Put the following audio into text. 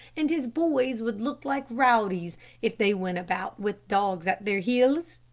and his boys would look like rowdies if they went about with dogs at their heels.